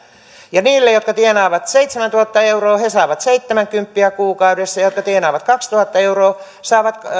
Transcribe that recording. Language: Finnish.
ja ne jotka tienaavat seitsemäntuhatta euroa saavat seitsemänkymppiä kuukaudessa ja ne jotka tienaavat kaksituhatta euroa saavat